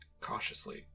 cautiously